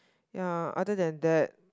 ya other than that